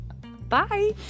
bye